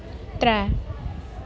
त्रै